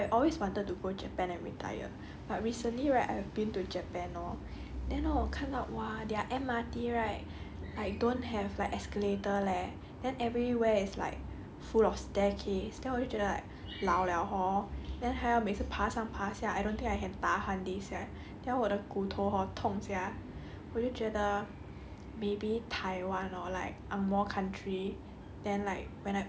I don't think so eh like I I always wanted to go japan and retire but recently right I have been to japan hor then hor 我看到 !wah! their M_R_T right like don't have like escalator leh then everywhere is like full of staircase then 我就觉得 like 老 liao hor then 还要每天爬上爬下 I don't think I can tahan this leh then 我的骨头 hor 痛 sia 我就觉得 maybe taiwan or like